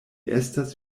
estas